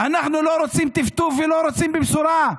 אנחנו לא רוצים טפטוף ולא רוצים במשורה.